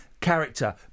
Character